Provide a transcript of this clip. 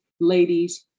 ladies